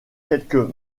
quelques